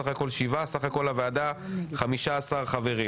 סך הכול שבעה, סך הכול לוועדה 15 חברים.